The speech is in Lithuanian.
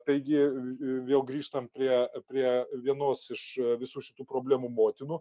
taigi vėl grįžtam prie prie vienos iš visų šitų problemų motinų